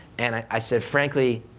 and i said frankly,